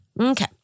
Okay